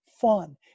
fun